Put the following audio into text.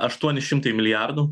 aštuoni šimtai milijardų